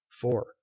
four